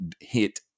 hit